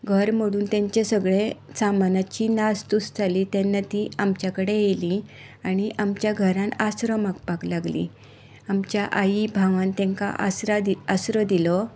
घर मोडून तांचें सगळें सामानाची नस धूस जाली तेन्ना तीं आमचे कडेन येलीं आनी आमच्या घरांत आसरो मागपाक लागलीं आमच्या आई बाबान तांकां आसरा आसरो दिलो